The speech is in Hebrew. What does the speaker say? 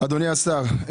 אדוני השר,